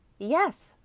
yes,